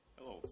Hello